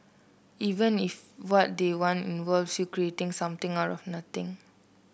even if what they want involves you creating something out of nothing